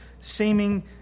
seeming